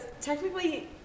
technically